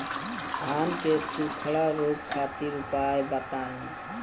धान के सुखड़ा रोग खातिर उपाय बताई?